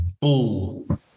Bull